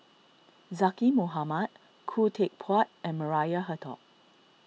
Zaqy Mohamad Khoo Teck Puat and Maria Hertogh